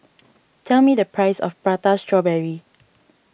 tell me the price of Prata Strawberry